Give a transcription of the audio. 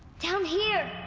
down here!